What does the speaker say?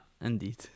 indeed